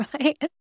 right